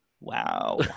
wow